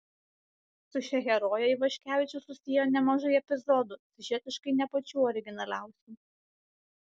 su šia heroje ivaškevičius susiejo nemažai epizodų siužetiškai ne pačių originaliausių